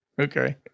Okay